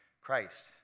Christ